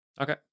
Okay